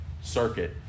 circuit